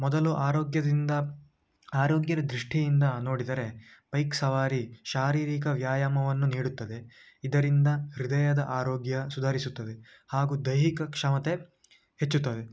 ಮೊದಲು ಆರೋಗ್ಯದಿಂದ ಆರೋಗ್ಯದ ದೃಷ್ಟಿಯಿಂದ ನೋಡಿದರೆ ಬೈಕ್ ಸವಾರಿ ಶಾರೀರಿಕ ವ್ಯಾಯಾಮವನ್ನು ನೀಡುತ್ತದೆ ಇದರಿಂದ ಹೃದಯದ ಆರೋಗ್ಯ ಸುಧಾರಿಸುತ್ತದೆ ಹಾಗೂ ದೈಹಿಕ ಕ್ಷಮತೆ ಹೆಚ್ಚುತ್ತದೆ